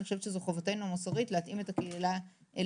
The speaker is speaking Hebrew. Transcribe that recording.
אני חושבת שזו חובתנו המוסרית להתאים את הקהילה אליהם,